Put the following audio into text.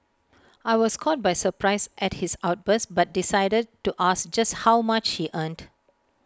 I was caught by surprise at his outburst but decided to ask just how much he earned